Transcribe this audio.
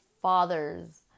fathers